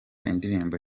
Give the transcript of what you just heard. indirimbo